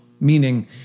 meaning